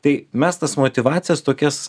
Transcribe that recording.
tai mes tas motyvacijas tokias